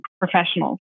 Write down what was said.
professionals